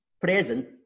present